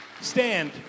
Stand